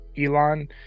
elon